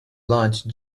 launch